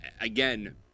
Again